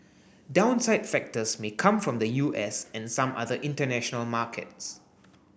downside factors may come from the U S and some other international markets